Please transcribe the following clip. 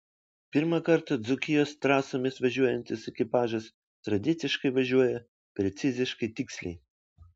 pirmą kartą dzūkijos trasomis važiuojantis ekipažas tradiciškai važiuoja preciziškai tiksliai